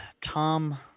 Tom